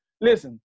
listen